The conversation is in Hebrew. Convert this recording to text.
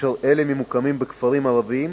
כאשר אלה ממוקמים בכפרים ערביים,